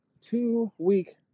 two-week